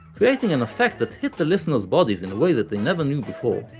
creating an effect that hit the listeners' bodies in a way that they never knew before.